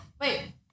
Wait